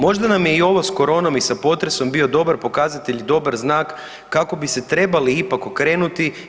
Možda nam je i ovo sa koronom i potresom bio dobar pokazatelj i dobar znak kako bi se trebali ipak okrenuti.